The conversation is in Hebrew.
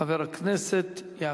חבר הכנסת נסים זאב, איננו.